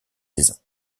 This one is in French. saisons